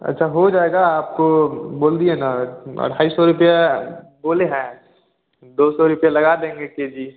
अच्छा हो जाएगा आपको बोल दिए न अढ़ाई सौ रुपया बोले हैं दो सौ रुपया लगा देंगे के जी